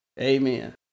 Amen